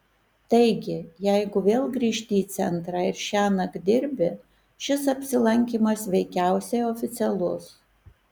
taigi jeigu vėl grįžti į centrą ir šiąnakt dirbi šis apsilankymas veikiausiai oficialus